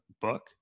book